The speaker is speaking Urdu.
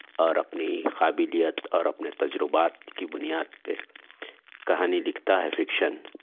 اور اپنی قابلیت اور اپنے تجربات کی بنیاد پہ کہانی لکھتا ہے فکشن